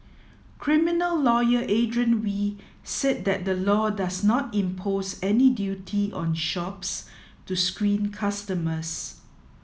criminal lawyer Adrian Wee said that the law does not impose any duty on shops to screen customers